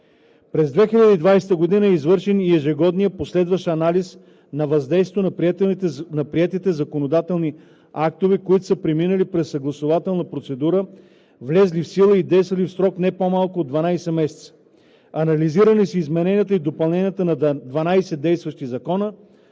През 2020 г. е извършен и ежегодният последващ анализ на въздействието на приетите законодателни актове, които са преминали през съгласувателна процедура, влезли в сила и действали в срок не по-малко от 12 месеца. Анализирани са измененията и допълненията на 12 действащи закона.